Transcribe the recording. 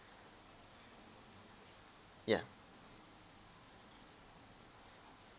yeah